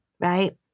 right